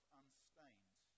unstained